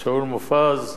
שאול מופז,